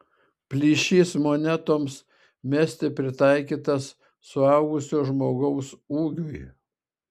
plyšys monetoms mesti pritaikytas suaugusio žmogaus ūgiui